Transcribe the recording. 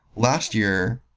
last year,